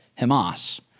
Hamas